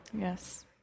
Yes